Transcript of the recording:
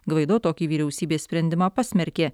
gvaido tokį vyriausybės sprendimą pasmerkė